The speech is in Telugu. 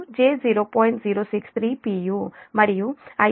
మరియు Ic j0 మళ్ళీ 0